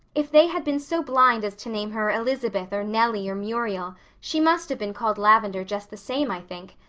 if they had been so blind as to name her elizabeth or nellie or muriel she must have been called lavendar just the same, i think.